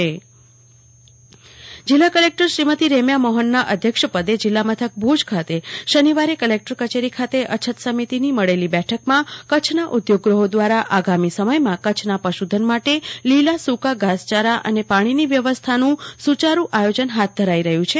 કલ્પના શાહ અછત સમિતિની બેઠક જિલ્લા કલેકટર શ્રીમતી રેમ્યા મોહનના અધ્યક્ષપદે જીલ્લા મથક ભુજ ખાતે શનિવારે કલેકટરમાં અછત સમિતિની મળેલી બેઠકમાં કચ્છના ઉદ્યોગગૂહો દ્વારા આગામી સમયમાં કચ્છનાં પશુધન માટે લીલા સૂકા ઘાસચારા અને પાણીની વ્યવસ્થાનું સુચારૂ આયોજન હાથ ધરાઇ રહ્યું છે